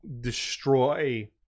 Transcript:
destroy